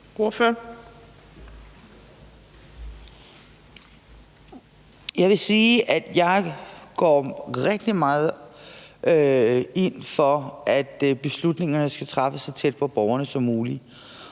Jeg vil sige, at jeg går rigtig meget ind for, at beslutningerne skal træffes så tæt på borgerne som muligt,